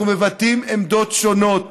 אנחנו מבטאים עמדות שונות,